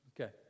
Okay